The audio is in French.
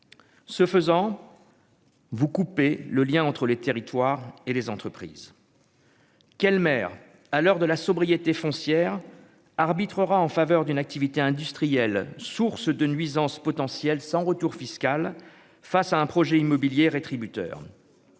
ce faisant vous couper le lien entre les territoires et les entreprises. Quel maire, à l'heure de la sobriété foncière arbitrera en faveur d'une activité industrielle, source de nuisances potentielles sans retour fiscal face à un projet immobilier re-tributaire,